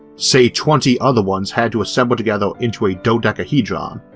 say, twenty other ones had to assemble together into a dodecahedron,